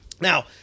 Now